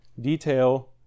detail